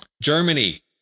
Germany